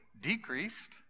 decreased